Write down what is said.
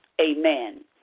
amen